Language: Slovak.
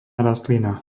rastlina